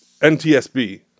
ntsb